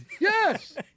Yes